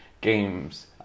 games